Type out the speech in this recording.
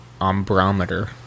Ombrometer